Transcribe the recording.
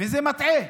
וזה מטעה,